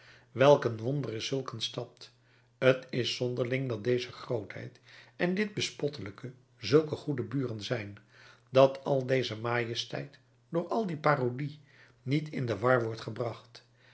een wonder is zulk een stad t is zonderling dat deze grootheid en dit bespottelijke zulke goede buren zijn dat al deze majesteit door al die parodie niet in de war wordt gebracht